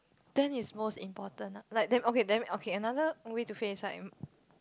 than his most important lah like then okay then okay another way to face like